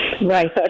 Right